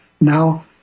Now